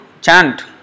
chant